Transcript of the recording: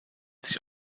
sich